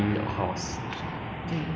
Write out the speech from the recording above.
farah 是 year two ah NITEC